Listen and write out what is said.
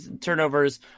turnovers